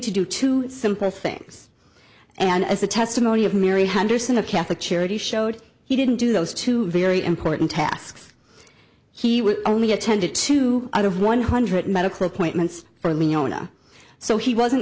to do two simple things and as the testimony of mary handers in a catholic charity showed he didn't do those two very important tasks he would only attended two out of one hundred medical appointments for leona so he wasn't